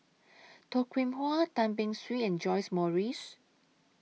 Toh Kim Hwa Tan Beng Swee and John's Morrice